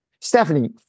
Stephanie